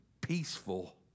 peaceful